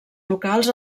locals